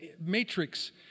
matrix